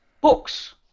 books